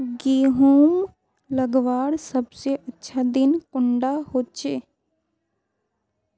गहुम लगवार सबसे अच्छा दिन कुंडा होचे?